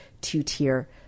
two-tier